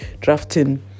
drafting